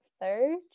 third